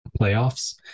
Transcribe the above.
playoffs